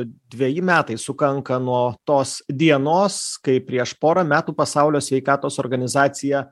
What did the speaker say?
dveji metai sukanka nuo tos dienos kai prieš porą metų pasaulio sveikatos organizacija